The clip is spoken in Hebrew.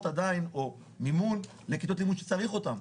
עדיין או מימון לכיתות לימוד שצריך אותם.